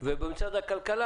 ובמשרד הכלכלה,